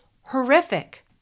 horrific